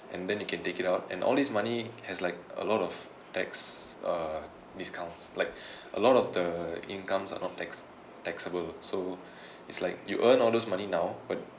and then you can take it out and all this money has like a lot of tax uh discounts like a lot of the incomes are not tax~ taxable so it's like you earn all those money now but